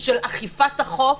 של אכיפת החוק,